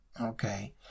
Okay